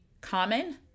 common